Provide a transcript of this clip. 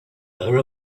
her